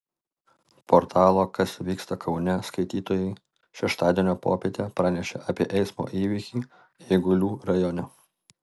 portalo kas vyksta kaune skaitytojai šeštadienio popietę pranešė apie eismo įvykį eigulių rajone